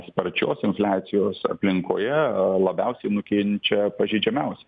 sparčios infliacijos aplinkoje labiausiai nukenčia pažeidžiamiausi